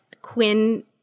Quinn